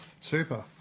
Super